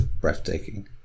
breathtaking